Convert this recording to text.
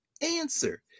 answer